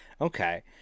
Okay